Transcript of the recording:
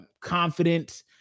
confident